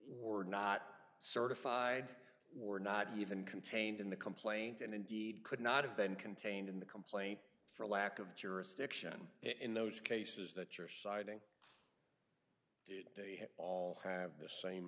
or not certified or not even contained in the complaint and indeed could not have been contained in the complaint for lack of jurisdiction in those cases that you're citing they all have the same